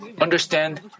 understand